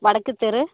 வடக்குத்தெரு